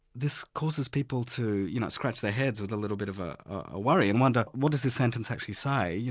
this causes people to you know scratch their heads with a little bit of ah a worry and wonder what does this sentence actually say?